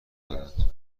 دادند